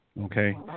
Okay